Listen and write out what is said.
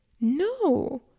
No